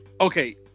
Okay